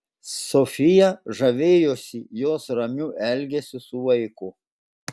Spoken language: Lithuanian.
sofija žavėjosi jos ramiu elgesiu su vaiku